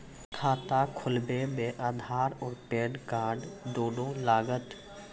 खाता खोलबे मे आधार और पेन कार्ड दोनों लागत?